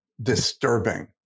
disturbing